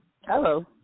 Hello